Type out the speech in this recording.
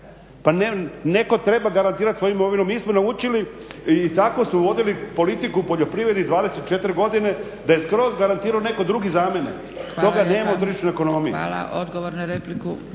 Netko treba garantirati svojom imovinom. Mi smo naučili ili tako su vodili politiku u poljoprivredi 24 godine da je skroz garantirao netko drugi za mene. Toga nema u tržišnoj ekonomiji. **Zgrebec,